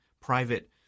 private